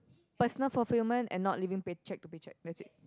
personal fulfilment and not living paycheck to paycheck that's it